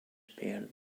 paired